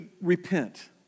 Repent